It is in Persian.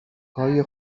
های